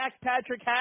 Patrick